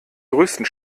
größten